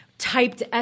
typed